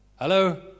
Hello